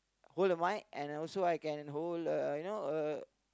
hold the mic and also I can hold uh you know uh